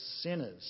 sinners